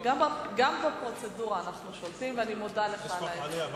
גם בפרוצדורה אנחנו שולטים, ואני מודה לך על עצתך.